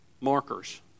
markers